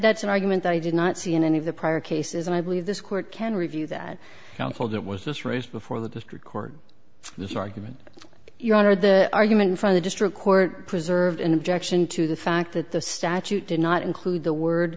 that's an argument i did not see in any of the prior cases and i believe this court can review that now hold that was this raised before the district court this argument your honor the argument from the district court preserved in objection to the fact that the statute did not include the word